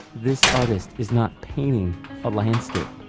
this artist is not painting a landscape.